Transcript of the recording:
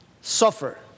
suffer